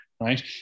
right